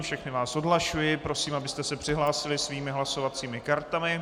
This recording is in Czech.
Všechny vás odhlašuji a prosím, abyste se přihlásili svými hlasovacími kartami.